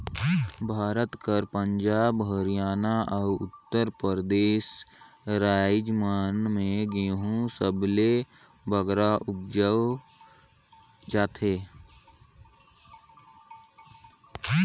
भारत कर पंजाब, हरयाना, अउ उत्तर परदेस राएज मन में गहूँ सबले बगरा उपजाल जाथे